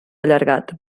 allargat